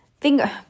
finger